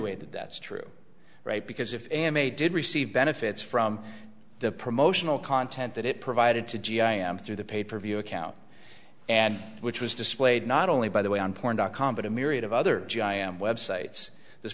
way that that's true right because if a m a did receive benefits from the promotional content that it provided to g i am through the pay per view account and which was displayed not only by the way on porn dot com but a myriad of other g i and websites this